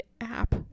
app